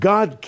God